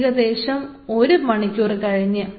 ഏകദേശം ഒരു മണിക്കൂർ കഴിഞ്ഞ്